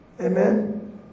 Amen